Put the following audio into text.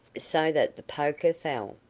so that the poker fell.